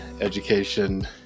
education